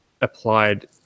applied